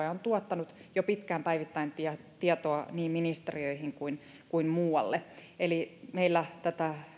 ja on tuottanut jo pitkään päivittäin tietoa niin ministeriöihin kuin kuin muualle eli meillä tätä